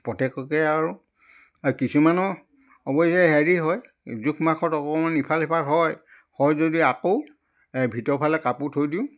প্ৰত্যেককে আৰু কিছুমানৰ অৱশ্যে হেৰি হয় জোখ মাখত অকণমান ইফাল সিফাল হয় হয় যদি আকৌ এই ভিতৰফালে কাপোৰ থৈ দিওঁ